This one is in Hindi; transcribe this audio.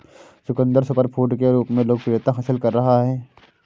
चुकंदर सुपरफूड के रूप में लोकप्रियता हासिल कर रहा है